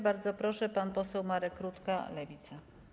Bardzo proszę, pan poseł Marek Rutka, Lewica.